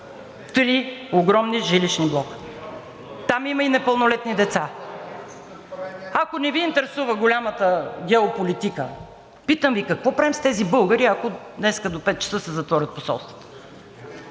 Три огромни жилищни блока! Там има и непълнолетни деца. (Шум и реплики.) Ако не Ви интересува голямата геополитика, питам Ви: какво правим с тези българи, ако днес до 17,00 ч. се затворят посолствата.